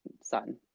son